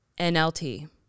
NLT